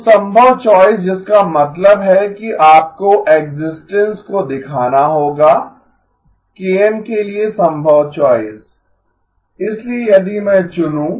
तो संभव चॉइस जिसका मतलब है कि आपको एक्सिस्टेंस को दिखाना होगा kN के लिए संभव चॉइस इसलिए यदि मैं चुनु